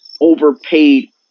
overpaid